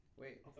Wait